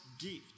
gift